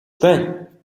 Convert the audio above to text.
байна